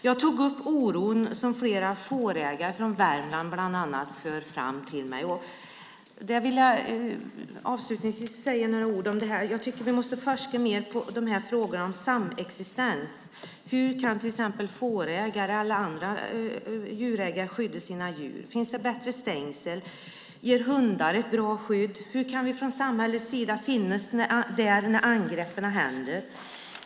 Jag tog upp den oro som bland annat många fårägare i Värmland för fram till mig, och jag vill avslutningsvis säga några ord om det. Vi måste forska mer på frågor som rör samexistens. Hur kan fårägare och andra djurägare skydda sina djur? Finns det bättre stängsel? Ger hundar ett bra skydd? Hur kan vi från samhällets sida finnas där när angreppen sker?